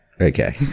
Okay